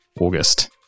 AUGUST